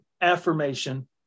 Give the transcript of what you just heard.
affirmation